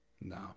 No